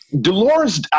Dolores